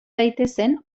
daitezen